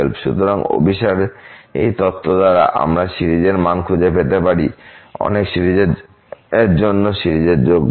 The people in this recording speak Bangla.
সুতরাং এই অভিসারী তত্ত্ব দ্বারা আমরা সিরিজের মান খুঁজে পেতে পারি অনেক সিরিজের জন্য সিরিজের যোগফল